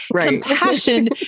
compassion